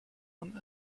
man